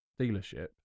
dealership